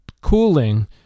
cooling